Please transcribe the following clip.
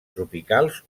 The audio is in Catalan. tropicals